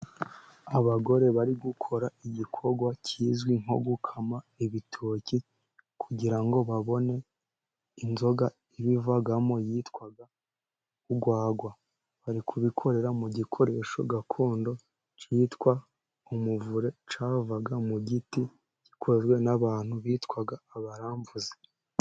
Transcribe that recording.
Abagore bari gukora igikorwa kizwi nko gukama ibitoki, kugira ngo babone inzoga ibivamo yitwa ugwagwa. Bari kubikorera mu gikoresho gakondo kitwa umuvure, cyavaga mu giti gikozwe n'abantu, bitwa abaramvuzi.